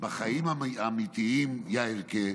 "בחיים האמיתיים, יאיר'קה,